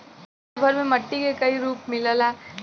दुनिया भर में मट्टी के कई रूप मिलला